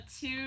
two